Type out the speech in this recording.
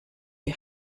die